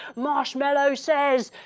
marshmallow says,